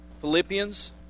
Philippians